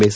S